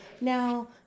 Now